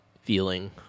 feeling